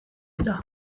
dira